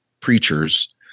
preachers